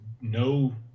no